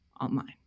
online